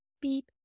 beep